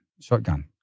shotgun